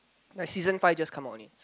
season five just come out only